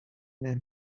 them